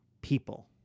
people